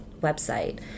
website